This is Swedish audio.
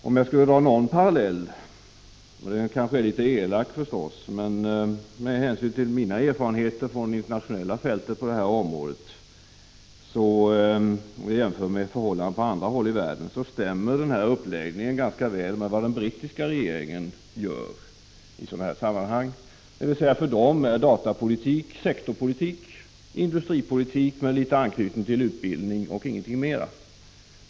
Om jag skulle dra någon parallell — det är kanske litet elakt förstås — med förhållandena på andra håll i världen kan jag konstatera att den här uppläggningen ganska väl stämmer med hur den brittiska regeringen hanterar den här sortens frågor. För England är datapolitik enbart sektorpolitik och industripolitik med någon anknytning till utbildning och ingenting mera.